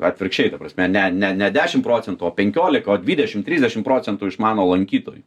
atvirkščiai ta prasme ne ne ne dešim procentų o penkiolika dvidešim trisdešim procentų iš mano lankytojų